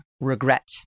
regret